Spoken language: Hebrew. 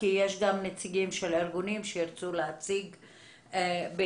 כי יש גם נציגים של הארגונים שירצו להציג בהמשך.